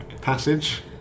passage